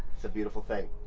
it's a beautiful thing.